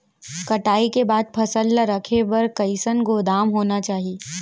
कटाई के बाद फसल ला रखे बर कईसन गोदाम होना चाही?